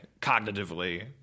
cognitively